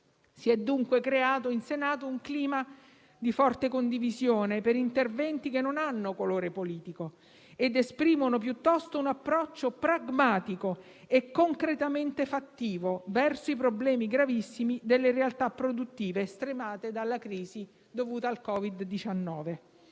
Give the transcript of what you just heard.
si è dunque creato in Senato un clima di forte condivisione per interventi che non hanno colore politico ed esprimono piuttosto un approccio pragmatico e concretamente fattivo verso i problemi gravissimi delle realtà produttive stremate dalla crisi dovuta al Covid-19.